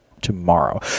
tomorrow